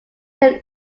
can